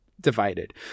divided